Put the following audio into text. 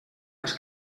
les